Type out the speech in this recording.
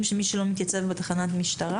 שיש קנס למי שלא מתייצב בתחנת משטרה.